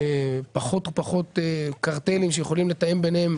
פחות ופחות קרטלים שיכולים לתאם ביניהם,